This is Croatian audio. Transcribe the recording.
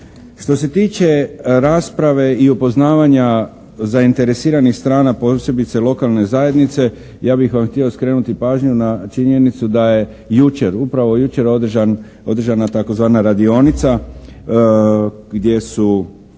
Što se tiče rasprave i upoznavanja zainteresiranih strana posebice lokane zajednice ja bih vam htio skrenuti pažnju na činjenicu da je jučer, upravo jučer održana tzv. radionica gdje su